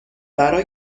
برا